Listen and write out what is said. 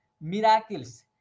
miracles